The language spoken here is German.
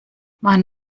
man